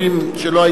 חבר הכנסת,